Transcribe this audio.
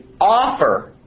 offer